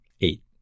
Eight